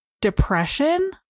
depression